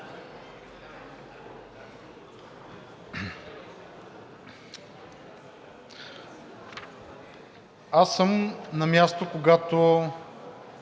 Аз съм на място, когато